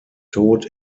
tod